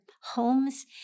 homes